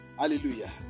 Hallelujah